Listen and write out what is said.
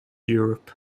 europe